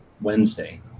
Wednesday